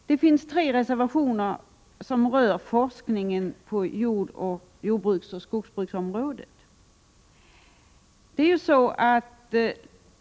Det finns tre reservationer som rör forskningen på jordbruksoch skogsbruksområdet.